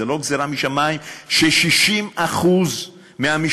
זה לא גזירה משמים ש-60% מהמשפחות,